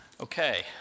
Okay